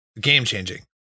Game-changing